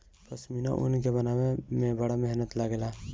पश्मीना ऊन के बनावे में बड़ा मेहनत लागेला